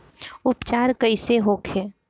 उपचार कईसे होखे?